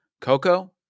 Coco